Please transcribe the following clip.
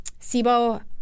SIBO